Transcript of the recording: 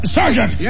Sergeant